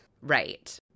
right